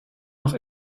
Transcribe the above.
noch